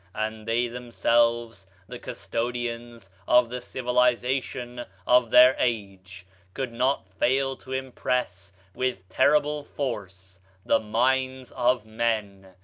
and they themselves the custodians of the civilization of their age could not fail to impress with terrible force the minds of men,